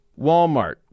Walmart